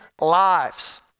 lives